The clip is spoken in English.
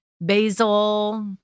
basil